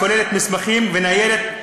הכוללת מסמכים וניירת,